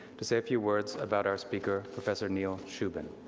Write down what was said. to say a few words about our speaker, professor neil shubin,